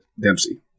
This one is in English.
Dempsey